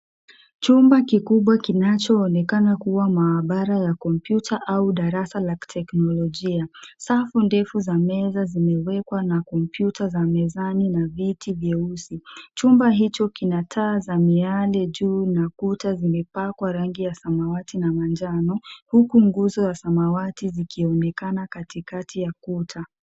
Chumba kikubwa kinachoonekana kuwa maabara ya kompyuta au darasa ya kiteknolojia. Safu ndefu za meza zimewekwa na kompyuta za mezani na viti vyeusi. Chumba hicho kina taa za miale juu na kuta zimepakwa rangi ya samawati na manjano huku nguzo ya samawati zikionekana katikati ya kuta.